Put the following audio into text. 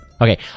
okay